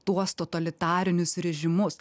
tuos totalitarinius režimus